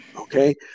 Okay